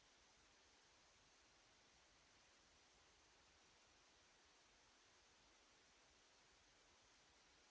Grazie,